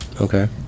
Okay